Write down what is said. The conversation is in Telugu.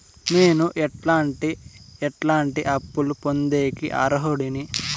నేను ఎట్లాంటి ఎట్లాంటి అప్పులు పొందేకి అర్హుడిని?